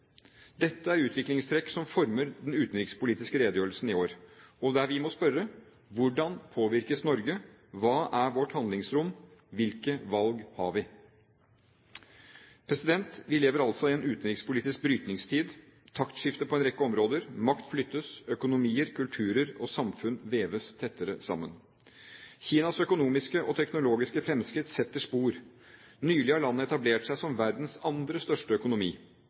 Dette er utviklingstrekk som former den utenrikspolitiske redegjørelsen i år, og vi må spørre: Hvordan påvirkes Norge? Hva er vårt handlingsrom? Hvilke valg har vi? Vi lever altså i en utenrikspolitisk brytningstid. Det er taktskifte på en rekke områder. Makt flyttes, økonomier, kulturer og samfunn veves tettere sammen. Kinas økonomiske og teknologiske fremskritt setter spor. Nylig har landet etablert seg som verdens andre største økonomi.